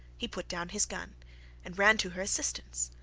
he put down his gun and ran to her assistance.